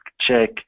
check